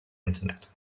internet